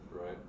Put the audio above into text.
Right